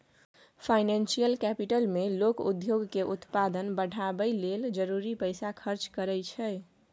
financial capital मे लोक उद्योग के उत्पादन बढ़ाबय लेल जरूरी पैसा खर्च करइ छै